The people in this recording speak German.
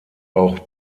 auch